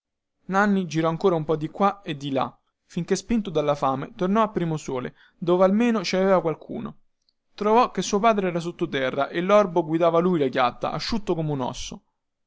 nanni girò ancora un po di qua e di là finchè spinto dalla fame tornò a primosole dove almeno ci aveva qualcuno trovò che suo padre era sotto terra e lorbo guidava lui la chiatta asciutto come un osso